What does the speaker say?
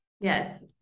Yes